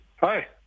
Hi